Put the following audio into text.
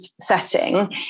setting